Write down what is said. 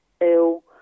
ill